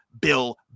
Bill